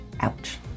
Ouch